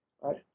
Right